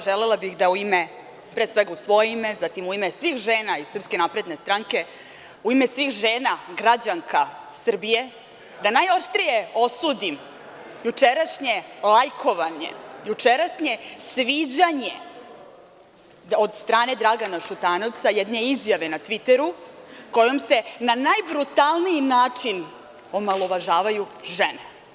Želela bih da, pre svega u svoje ime, zatim u ime svih žena iz SNS, u ime svih žena građanka Srbije, da najoštrije osudim jučerašnje lajkovanje, jučerašnje sviđanje od strane Dragana Šutanovca jedne izjave na tviteru, kojom se na najbrutalniji način omalovažavaju žene.